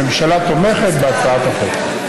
הממשלה תומכת בהצעת החוק.